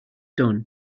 done